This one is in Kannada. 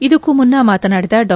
ಇದಕ್ಕೂ ಮುನ್ನ ಮಾತನಾಡಿದ ಡಾ